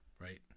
Right